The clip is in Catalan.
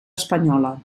espanyola